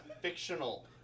fictional